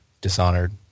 Dishonored